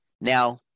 Now